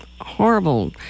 horrible